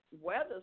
weather